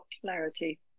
clarity